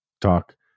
talk